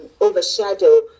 overshadow